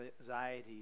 anxiety